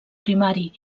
primari